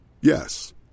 Yes